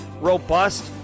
robust